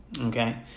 Okay